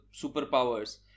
superpowers